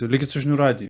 likit su žinių radiju